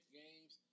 games